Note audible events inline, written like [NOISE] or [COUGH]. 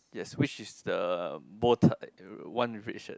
ya which is the bow tie [NOISE] the one with red shirt